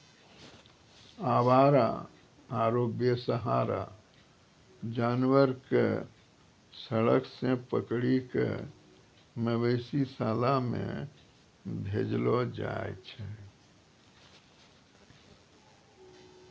आवारा आरो बेसहारा जानवर कॅ सड़क सॅ पकड़ी कॅ मवेशी शाला मॅ भेजलो जाय छै